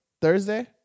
Thursday